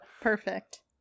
perfect